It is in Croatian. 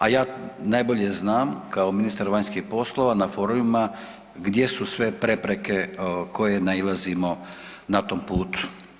A ja najbolje znam kao ministar vanjskih poslova na forumima gdje su sve prepreke koje nailazimo na tom putu.